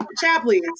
chaplains